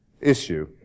issue